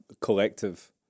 collective